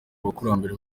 abakurambere